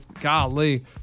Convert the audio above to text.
golly